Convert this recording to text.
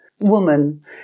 Woman